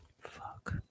Fuck